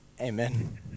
Amen